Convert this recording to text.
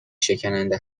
شکننده